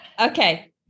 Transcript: Okay